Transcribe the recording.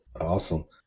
Awesome